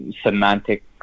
semantic